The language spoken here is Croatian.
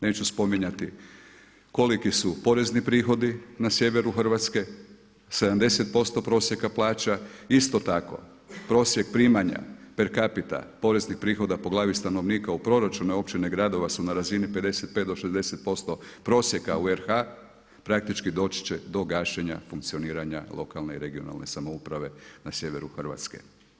Neću spominjati koliki su porezni prihodi na sjeveru Hrvatske, 70% prosjeka plaća, isto tako prosjek primanja per capita, poreznih prihoda po glavi stanovnika u proračune općina i gradova su na razini 55 do 60% prosjeka u RH, praktički doći će do gašenja funkcioniranja lokalne i regionalne samouprave na sjeveru Hrvatske.